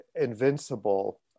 invincible